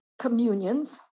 communions